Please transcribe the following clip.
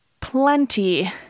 plenty